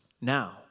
Now